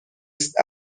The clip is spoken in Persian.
است